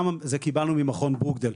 את זה קיבלנו ממכון בוגדל.